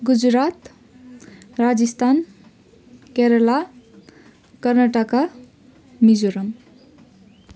Gujarat Rajasthan Kerala Karnataka Mizoram